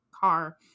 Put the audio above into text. car